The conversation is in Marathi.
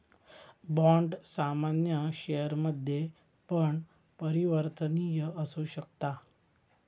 बाँड सामान्य शेयरमध्ये पण परिवर्तनीय असु शकता